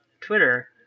twitter